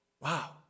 Wow